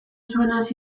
zuenaz